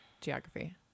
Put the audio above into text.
geography